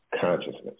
consciousness